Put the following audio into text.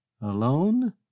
Alone